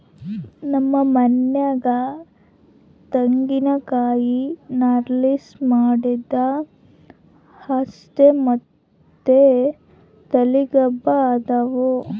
ನಮ್ ಮನ್ಯಾಗ ತೆಂಗಿನಕಾಯಿ ನಾರ್ಲಾಸಿ ಮಾಡಿದ್ ಹಾಸ್ಗೆ ಮತ್ತೆ ತಲಿಗಿಂಬು ಅದಾವ